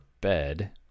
bed